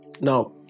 now